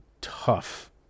tough